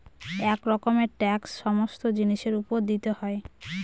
এক রকমের ট্যাক্স সবগুলো জিনিসের উপর দিতে হয়